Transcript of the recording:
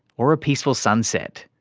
or a peaceful sunset.